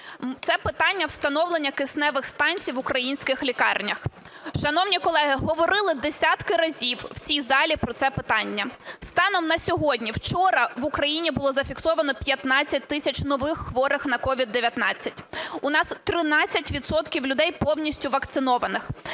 Це питання встановлення кисневих станцій в українських лікарнях. Шановні колеги говорили десятки разів в цій залі про це питання. Станом на сьогодні вчора в Україні було зафіксовано 15 тисяч нових хворих на COVID-19. У нас 13 відсотків людей повністю вакцинованих.